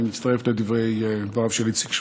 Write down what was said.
אני מצטרף לדבריו של איציק שמולי,